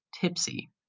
tipsy